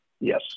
yes